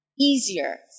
easier